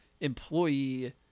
employee